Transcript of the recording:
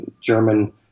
German